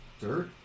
dirt